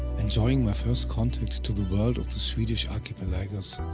enjoying my first contact to the world of the swedish archipelagos,